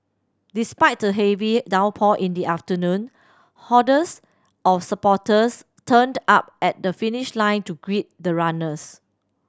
despite the heavy downpour in the afternoon hordes of supporters turned up at the finish line to greet the runners